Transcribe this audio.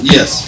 Yes